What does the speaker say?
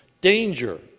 Danger